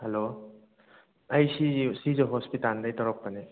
hello ꯑꯩ ꯁꯤꯖꯥ ꯁꯤꯖꯥ ꯍꯣꯁꯄꯤꯇꯥꯟꯗꯩ ꯇꯧꯔꯛꯄꯅꯦ